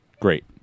Great